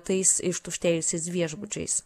tais ištuštėjusiais viešbučiais